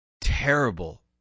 terrible